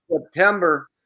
September